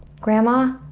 grandma,